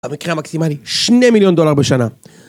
המקרה המקסימלי - 2 מיליון דולר בשנה